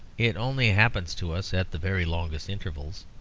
it only happens to us at the very longest intervals.